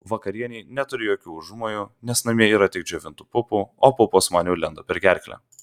vakarienei neturiu jokių užmojų nes namie yra tik džiovintų pupų o pupos man jau lenda per gerklę